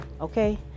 Okay